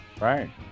right